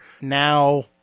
now